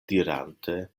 dirante